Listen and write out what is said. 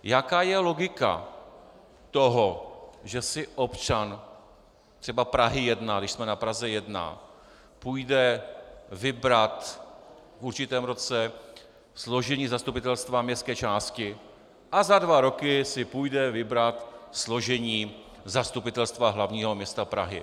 Jaká je logika toho, že si občan třeba Prahy 1, když jsme na Praze 1, půjde vybrat v určitém roce složení zastupitelstva městské části a za dva roky si půjde vybrat složení Zastupitelstva hlavního města Prahy?